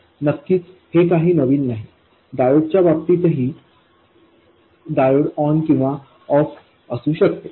नक्कीच हे काही नवीन नाही डायोड्सच्या बाबतीतही डायोड ऑन किंवा ऑफ असू शकते